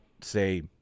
say